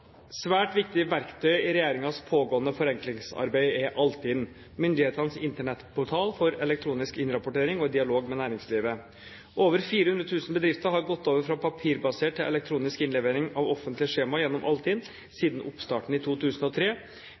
svært viktig verktøy i regjeringens pågående forenklingsarbeid er Altinn, myndighetenes Internett-portal for elektronisk innrapportering og dialog med næringslivet. Over 400 000 bedrifter har gått over fra papirbasert til elektronisk innlevering av offentlige skjemaer gjennom Altinn siden oppstarten i 2003.